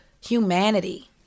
humanity